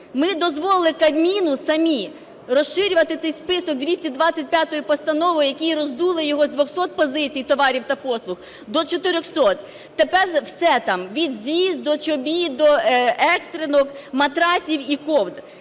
Ми дозволили Кабміну самі розширювати цей список 225 Постановою, які роздули його з 200 позицій товарів та послуг до 400. Тепер все там, від ЗІЗ до чобіт, до екстренок, матраців і ковдр.